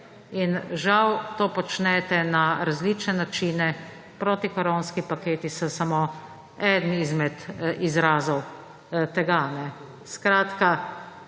in žal to počne na različne načine. Protikoronski paketi so samo eden izmed izrazov tega. Ljudstvu